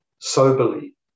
soberly